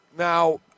Now